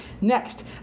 next